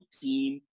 team